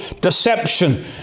deception